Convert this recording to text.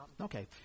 Okay